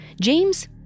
James